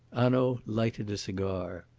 hanaud lighted a cigar.